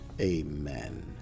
Amen